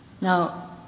Now